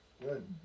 good